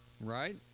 Right